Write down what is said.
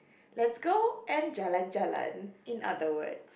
let's go and jalan-jalan in other words